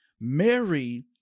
Mary